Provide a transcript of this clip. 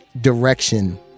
direction